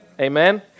Amen